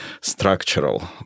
structural